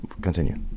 continue